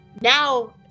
Now